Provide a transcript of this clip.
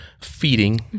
feeding